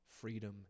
freedom